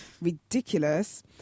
ridiculous